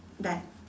done